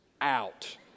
out